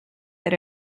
that